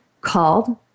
called